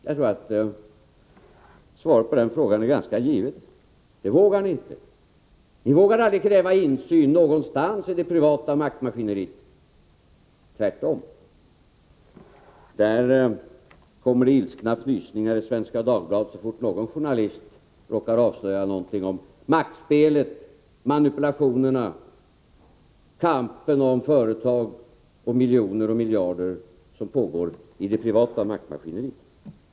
Jag tror att svaret på den frågan är ganska givet: Det vågar ni inte. Ni vågar aldrig kräva insyn någonstans i det privata maktmaskineriet. Det kommer tvärtom ilskna fnysningar i Svenska Dagbladet så fort någon journalist råkar avslöja någonting om maktspelet, manipulationerna, kampen om företag och miljoner och miljarder som pågår i det privata maktmaskineriet.